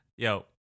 Yo